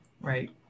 Right